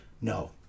No